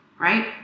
right